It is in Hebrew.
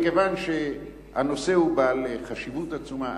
מכיוון שהנושא הוא בעל חשיבות עצומה,